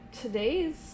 today's